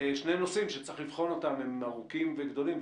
שני נושאים שהם ארוכים וגדולים,